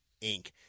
Inc